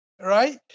Right